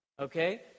Okay